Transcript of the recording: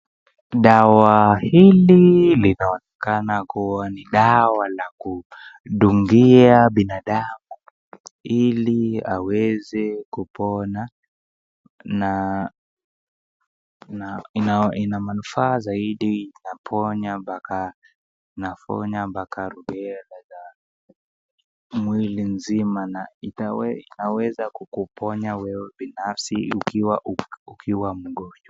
Dawa hili linaonekana kuwa ni dawa la kudungia binadamu ili aweze kupona na ina manufaa zaidi inapoya mpaka mpaka rubela na mwili mzima na inaweza kukuponya wewe binafsi ukiwa ukiwa mgonjwa. Dawa hili linaonekana kuwa ni dawa la kudungia binadamu ili aweze kupona na ina manufaa zaidi inapoya mpaka mpaka rubera na mwili mzima na inaweza kukuponya wewe binafsi ukiwa mgonjwa.